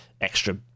extra